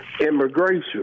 immigration